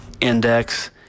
Index